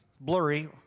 blurry